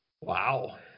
Wow